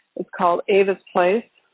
called ava's place,